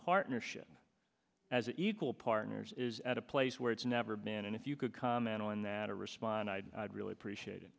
partnership as equal partners at a place where it's never been and if you could comment on that or respond i'd really appreciate